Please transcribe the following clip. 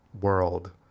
world